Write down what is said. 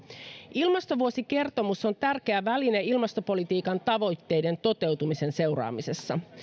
ilmastovuosikertomus on tärkeä väline ilmastopolitiikan tavoitteiden toteutumisen seuraamisessa